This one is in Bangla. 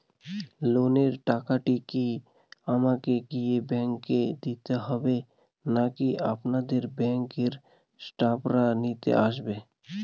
লোনের টাকাটি কি আমাকে গিয়ে ব্যাংক এ দিতে হবে নাকি আপনাদের ব্যাংক এর স্টাফরা নিতে আসে?